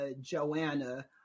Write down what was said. joanna